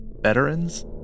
Veterans